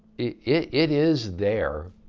it it is there